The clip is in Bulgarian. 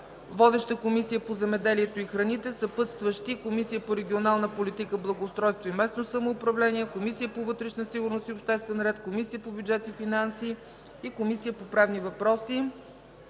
Водеща е Комисията по земеделието и храните. Съпътстващи – Комисията по регионална политика, благоустройство и местно самоуправление; Комисията по вътрешна сигурност и обществен ред; Комисията по бюджет и финанси и Комисията по правни въпроси.